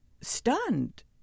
stunned